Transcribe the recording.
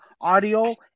audio